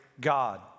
God